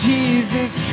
Jesus